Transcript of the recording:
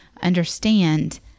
understand